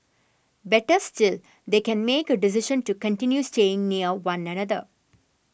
better still they can make a decision to continue staying near one another